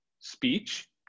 speech